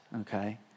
okay